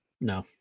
No